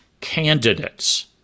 candidates